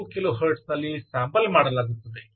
2 kilohertz ನಲ್ಲಿ sample ಮಾಡಲಾಗುತ್ತದೆ